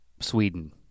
Sweden